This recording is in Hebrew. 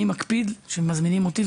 כשמזמינים אותי,